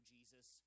Jesus